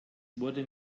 wurde